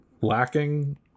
lacking